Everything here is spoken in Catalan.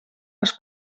les